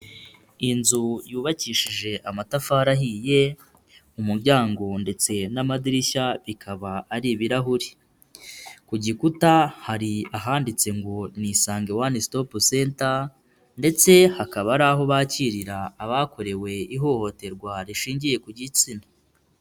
Inzu yubakishije amatafari ahiye, mu muryango ndetse n'amadirishya bikaba ari ibirahuri, ku gikuta hari ahanditse ngo ni Isange One Stop Center ndetse hakaba hari aho bakirira abakorewe ihohoterwa rishingiye ku gitsina.